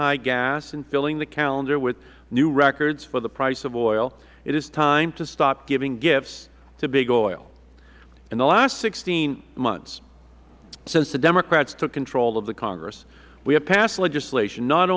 high gas and filling the calendar with new records for the price of oil it is time to stop giving gifts to big oil in the last sixteen months since the democrats took control of the congress we have passed legislation not